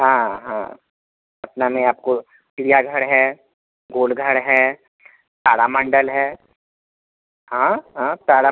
हाँ हाँ पटना में आपको चिड़ियाघर है गोलघर है तारा मंडल है हाँ हाँ तारा